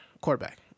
quarterback